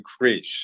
increase